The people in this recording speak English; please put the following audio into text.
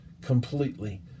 completely